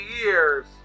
years